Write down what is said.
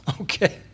Okay